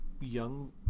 young